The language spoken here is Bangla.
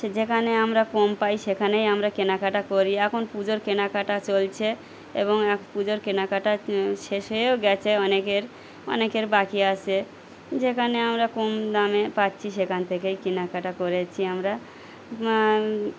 সে যেখানে আমরা কম পাই সেখানেই আমরা কেনাকাটা করি এখন পুজোর কেনাকাটা চলছে এবং এক পুজোর কেনাকাটা শেষ হয়েও গেছে অনেকের অনেকের বাকি আসে যেখানে আমরা কম দামে পাচ্ছি সেখান থেকেই কেনাকাটা করেছি আমরা